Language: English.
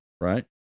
Right